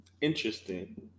Interesting